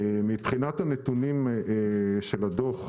מבחינת הנתונים של הדוח,